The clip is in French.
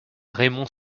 raymond